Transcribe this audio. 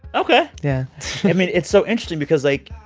ok yeah i mean, it's so interesting because, like,